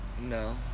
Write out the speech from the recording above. No